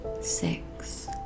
six